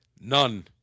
None